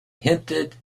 hinted